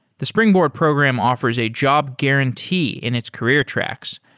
the springboard program offers a job guarantee in its career tracks,